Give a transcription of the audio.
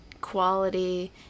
quality